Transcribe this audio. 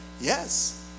yes